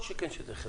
כל שכן שזה חירום,